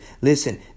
Listen